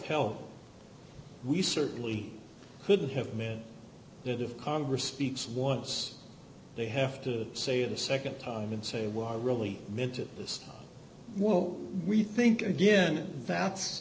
help we certainly could have meant that if congress speaks once they have to say the nd time and say well i really meant it this will we think again and that's